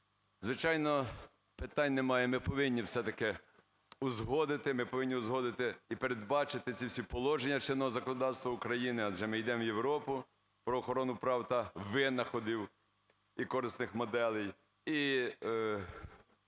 Звичайно, питань немає, ми повинні все-таки узгодити, ми повинні узгодити і передбачити ці всі положення чинного законодавства України, адже ми йдемо в Європу, про охорону прав та винаходів і корисних моделей.